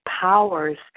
powers